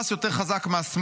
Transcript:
המלחמה: החמאס יותר חזק מהשמאל,